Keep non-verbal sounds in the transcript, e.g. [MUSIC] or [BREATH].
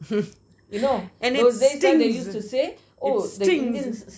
[LAUGHS] [BREATH] and it stinks it stinks